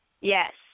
Yes